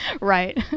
Right